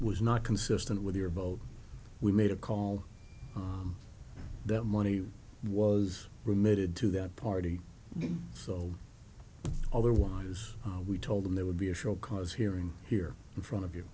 was not consistent with your vote we made a call that money was remitted to that party sold otherwise we told them there would be a show cause hearing here in front of you